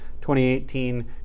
2018